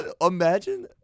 Imagine